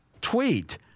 tweet